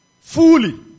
Fully